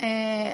שלוש